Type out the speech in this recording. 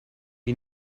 die